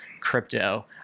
crypto